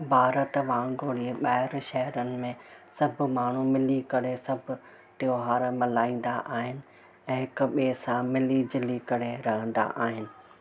भारत वांगुरु ई ॿाहिरि शहरनि में सभु माण्हू मिली करे सभु त्यौहार मल्हाईंदा आहिनि ऐं हिक ॿे सां मिली जुली करे रहंदा आहिनि